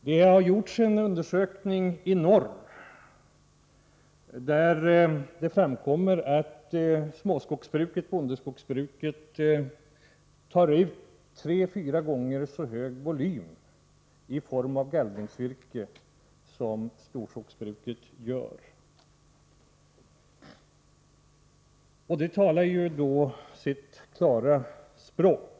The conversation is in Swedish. Det har gjorts en undersökning i norr där det framkommit att småskogsbruket, bondeskogsbruket, tar ut tre fyra gånger så stor volym i form av gallringsvirke som storskogsbruket gör. Det talar sitt klara språk.